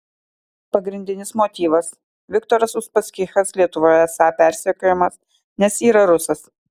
pagrindinis motyvas viktoras uspaskichas lietuvoje esą persekiojamas nes yra rusas